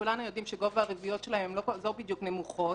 וכולנו יודעים שגובה הריביות שלהם לא בדיוק נמוכות,